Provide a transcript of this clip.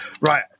Right